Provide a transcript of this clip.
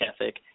ethic